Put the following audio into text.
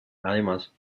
además